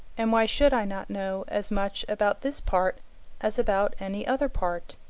and why should i not know as much about this part as about any other part?